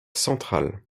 centrale